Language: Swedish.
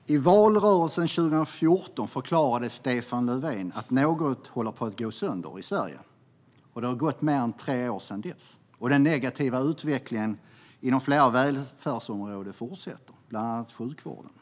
Herr talman! I valrörelsen 2014 förklarade Stefan Löfven att något höll på att gå sönder i Sverige. Det har gått mer än tre år sedan dess. Den negativa utvecklingen inom flera välfärdsområden, bland annat sjukvården, fortsätter.